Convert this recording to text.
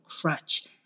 crutch